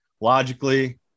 logically